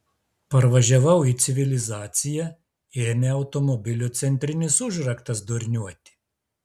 parvažiavau į civilizaciją ėmė automobilio centrinis užraktas durniuoti